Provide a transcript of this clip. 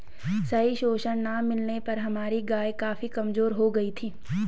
सही पोषण ना मिलने पर हमारी गाय काफी कमजोर हो गयी थी